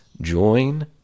Join